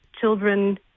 children